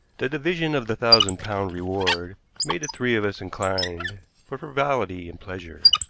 the division of the thousand-pound reward made the three of us inclined for frivolity and pleasure.